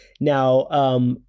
Now